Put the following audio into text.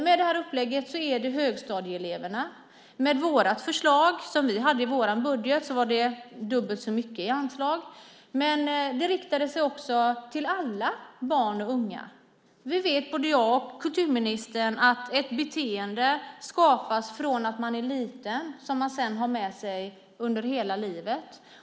Med det här upplägget omfattas högstadieeleverna. I det förslag som vi hade i vår budget var det dubbelt så mycket i anslag. Det riktade sig också till alla barn och unga. Vi vet, både jag och kulturministern, att ett beteende skapas redan när man är liten som man sedan har med sig under hela livet.